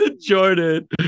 Jordan